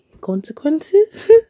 consequences